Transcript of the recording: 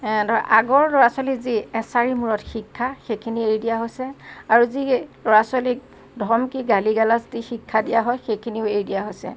ধৰক আগৰ ল'ৰা ছোৱালী যি এচাৰিৰ মূৰত শিক্ষা সেইখিনি এৰি দিয়া হৈছে আৰু যি ল'ৰা ছোৱালীক ধমকি গালি গালাজ দি শিক্ষা দিয়া হয় সেইখিনিও এৰি দিয়া হৈছে